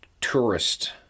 tourist